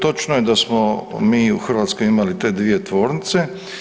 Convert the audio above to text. Točno je da smo mi u Hrvatskoj imali te dvije tvornice.